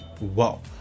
Wow